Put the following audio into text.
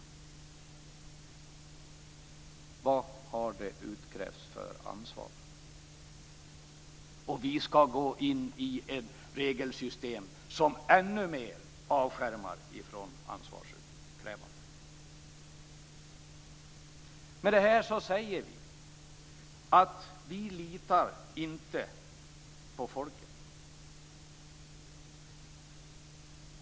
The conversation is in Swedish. Vad har det utkrävts för ansvar? Vi skall gå in i ett regelsystem som ännu mer avskärmar från ansvarsutkrävande. Med detta säger vi att vi inte litar på folket.